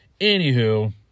Anywho